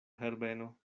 herbeno